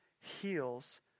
heals